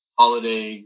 holiday